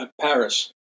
Paris